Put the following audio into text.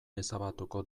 ezabatuko